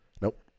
Nope